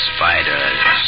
Spiders